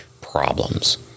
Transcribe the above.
problems